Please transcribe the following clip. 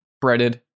breaded